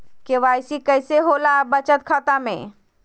KYC कैसे होला बचत खाता में?